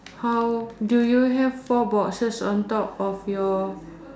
how do you have four boxes on top of your